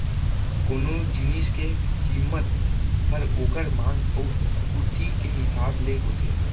कोनो जिनिस के कीमत हर ओकर मांग अउ पुरती के हिसाब ले होथे